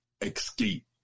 escape